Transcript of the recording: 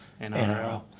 NRL